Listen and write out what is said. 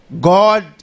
God